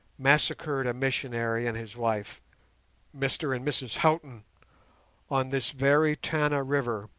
massacred a missionary and his wife mr and mrs houghton on this very tana river,